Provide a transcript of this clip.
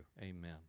Amen